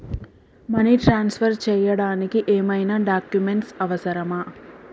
Money transfer చేయడానికి ఏమైనా documents అవసరమా?